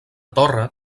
torre